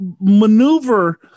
maneuver